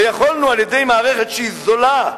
ויכולנו על-ידי מערכת שהיא זולה,